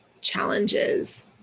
challenges